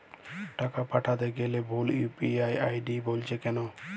টাকা পাঠাতে গেলে ভুল ইউ.পি.আই আই.ডি বলছে কেনো?